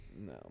No